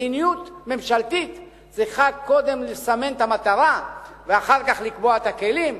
מדיניות ממשלתית צריכה קודם לסמן את המטרה ואחר כך לקבוע את הכלים,